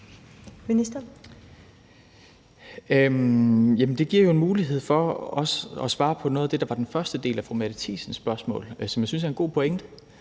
Det giver jo en mulighed for også at svare på noget af det, der var den første del af fru Mette Thiesens spørgsmål, og som jeg synes er en god pointe.